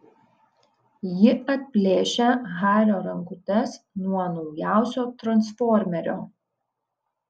ji atplėšia hario rankutes nuo naujausio transformerio